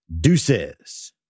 deuces